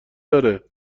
داره